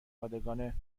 پادگان